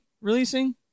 releasing